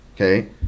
Okay